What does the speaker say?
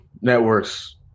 networks